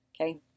Okay